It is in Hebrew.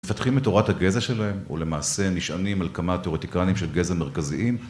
מפתחים את תורת הגזע שלהם ולמעשה נשענים על כמה תיאורטיקנים של גזע מרכזיים